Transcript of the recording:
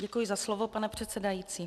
Děkuji za slovo, pane předsedající.